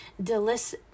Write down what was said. delicious